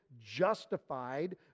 justified